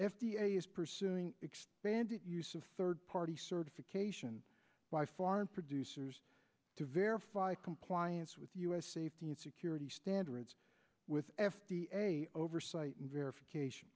a is pursuing expanded use of third party certification by foreign producers to verify compliance with u s safety and security standards with f d a oversight and verification